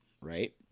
right